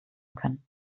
können